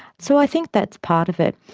so i think that's part of it.